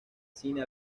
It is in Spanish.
cine